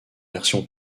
version